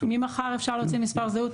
ממחר אפשר ללכת להוציא מספר זהות,